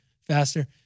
faster